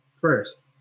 first